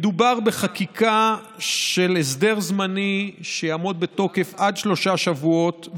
מדובר בחקיקה של הסדר זמני שיעמוד בתוקף של עד שלושה שבועות,